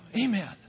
Amen